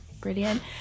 Brilliant